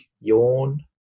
yawn